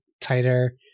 tighter